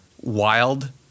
wild